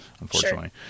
unfortunately